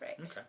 Okay